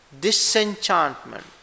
Disenchantment